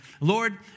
Lord